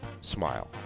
smile